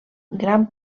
gran